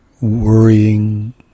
worrying